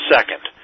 Second